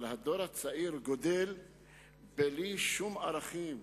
אבל הדור הצעיר גדל בלי שום ערכים,